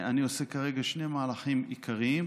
אני עושה כרגע שני מהלכים עיקריים: